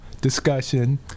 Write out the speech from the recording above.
discussion